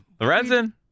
Lorenzen